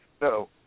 No